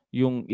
yung